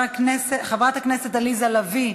חברת הכנסת עליזה לביא,